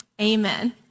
Amen